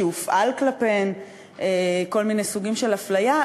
שהופעלו כלפיהן כל מיני סוגים של אפליה,